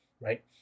right